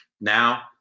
now